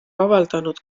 avaldanud